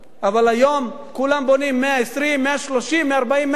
אבל היום כולם בונים 120, 130, 140 מטר.